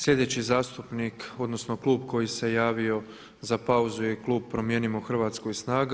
Sljedeći zastupnik, odnosno klub koji se javio za pauzu je klub Promijenimo Hrvatsku i snaga.